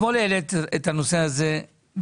אתמול העלית את הנושא הזה,